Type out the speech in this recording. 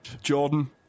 Jordan